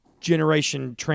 Generation